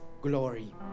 glory